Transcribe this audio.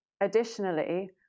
additionally